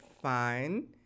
fine